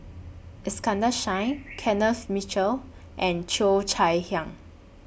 Iskandar Shah Kenneth Mitchell and Cheo Chai Hiang